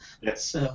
Yes